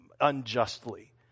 unjustly